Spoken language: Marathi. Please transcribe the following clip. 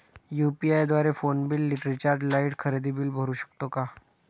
यु.पी.आय द्वारे फोन बिल, रिचार्ज, लाइट, खरेदी बिल भरू शकतो का?